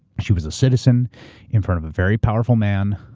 she was a citizen in front of a very powerful man,